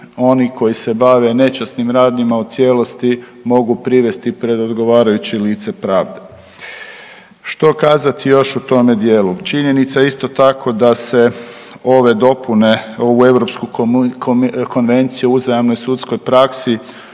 oni koji se bave nečasnim radnjama u cijelosti mogu privesti pred odgovarajući lice pravde. Što kazati još u tome dijelu? Činjenica, isto tako, da se ove dopune u europsku Konvenciju o uzajamnoj sudskoj praksi